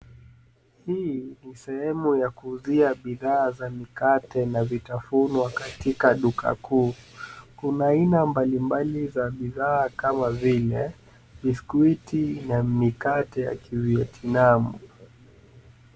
Hii ni sehemu ya kuuzia bidhaa za mikate na vitafunwa katika duka kuu. Kuna aina mbalimbali za bidhaa kama vile biskuti na mikate ya Kivietnamu.